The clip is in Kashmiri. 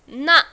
نہ